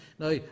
Now